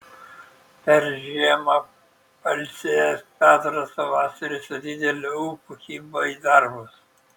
per žiemą pailsėjęs petras pavasarį su dideliu ūpu kibo į darbus